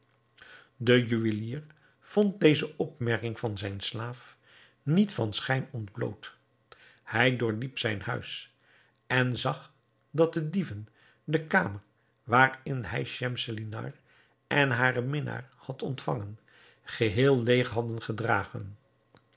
de juwelier vond deze opmerking van zijn slaaf niet van schijn ontbloot hij doorliep zijn huis en zag dat de dieven de kamer waarin hij schemselnihar en haren minnaar had ontvangen geheel leêg hadden gedragen